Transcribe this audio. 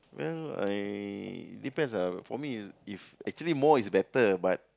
well I depends ah for me if if actually more is better but